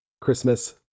Christmas